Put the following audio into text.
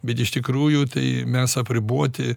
bet iš tikrųjų tai mes apriboti